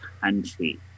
country